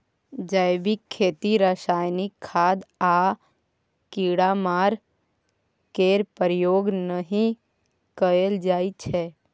जैबिक खेती रासायनिक खाद आ कीड़ामार केर प्रयोग नहि कएल जाइ छै